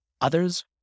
others